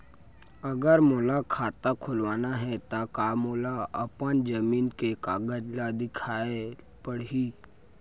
अगर मोला खाता खुलवाना हे त का मोला अपन जमीन के कागज ला दिखएल पढही?